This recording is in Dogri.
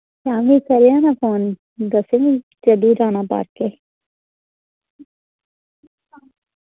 शाम्मी करेआं ना फोन दस्सगी कैह्लू जाना पार्के